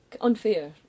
unfair